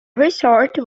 resort